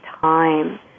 time